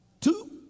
Two